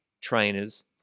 trainers